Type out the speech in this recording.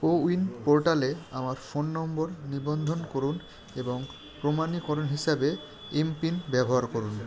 CoWIN পোর্টালে আমার phone number নিবন্ধন করুন এবং প্রমাণীকরণ হিসাবে এমপিন ব্যবহার করুন